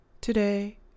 Today